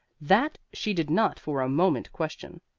that she did not for a moment question,